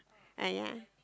uh ya